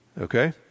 Okay